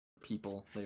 people